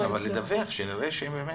אבל לדווח, שנראה שהם באמת.